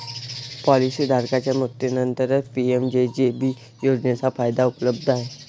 policy धारकाच्या मृत्यूनंतरच PMJJB योजनेचा फायदा उपलब्ध आहे